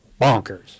bonkers